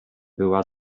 była